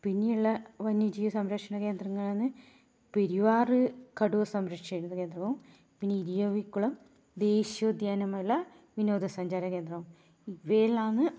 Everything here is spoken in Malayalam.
പിന്നെയുള്ള വന്യജീവി സംരക്ഷണ കേന്ദ്രങ്ങളാണ് പെരിയാർ കടുവ സംരക്ഷണ കേന്ദ്രവും പിന്നെ ഇരവികുളം ദേശീയ ഉദ്യാനമുള്ള വിനോദസഞ്ചാര കേന്ദ്രവും ഇവയെല്ലാമാണ്